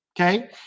okay